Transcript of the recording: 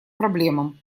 проблемам